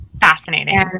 Fascinating